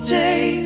day